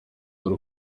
dore